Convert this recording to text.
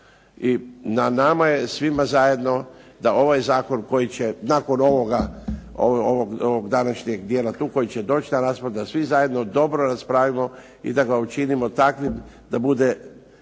i na nama je svima zajedno da ovaj zakon koji će nakon ovoga, ovog današnjeg dijela tu koji će doći na raspravu da svi zajedno dobro raspravimo i da ga učinimo takvim da bude